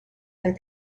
and